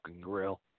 grill